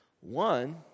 One